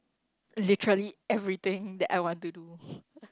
literally everything that I want to do